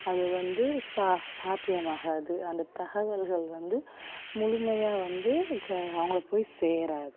அது வந்து சா சாத்தியமாகாது அந்த தகவல்கள் வந்து முழுமையா வந்து க அவங்களுக்கு போய் சேராது